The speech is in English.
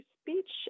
speech